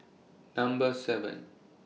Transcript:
Number seven